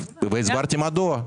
והסברתי מדוע.